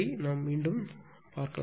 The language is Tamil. நாம் மீண்டும் சந்திக்கலாம்